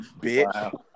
bitch